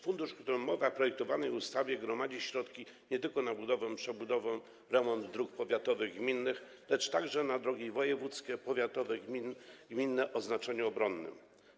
Fundusz, o którym mowa w projektowanej ustawie, gromadzi środki nie tylko na budowę i przebudowę, remont dróg powiatowych, gminnych, lecz także na drogi wojewódzkie, powiatowe, gminne o znaczeniu obronnym.